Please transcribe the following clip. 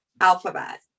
alphabet